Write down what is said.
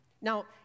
Now